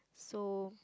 so